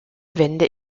wende